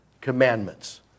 commandments